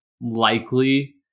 likely